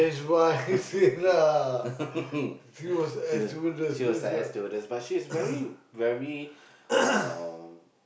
she she was an air stewardess but she is very very um